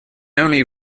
only